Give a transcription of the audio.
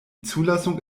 zulassung